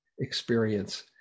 experience